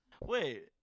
Wait